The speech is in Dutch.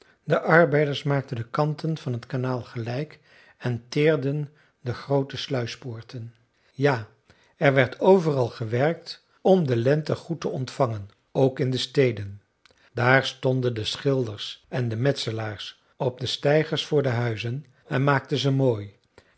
de arbeiders maakten de kanten van het kanaal gelijk en teerden de groote sluispoorten ja er werd overal gewerkt om de lente goed te ontvangen ook in de steden daar stonden de schilders en de metselaars op de steigers voor de huizen en maakten ze mooi